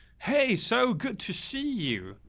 hey, so good to see you,